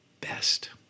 best